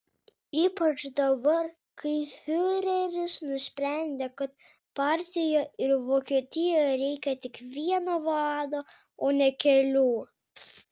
ypač dabar kai fiureris nusprendė kad partijoje ir vokietijoje reikia tik vieno vado o ne kelių